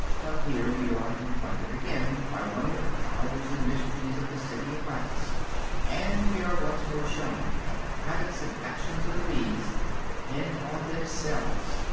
but here we are confronted again by one of the thousand mysteries of the city of wax and we are once more shown that the habits and actions of the bees depend on themselves,